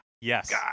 yes